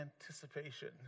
anticipation